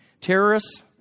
Terrorists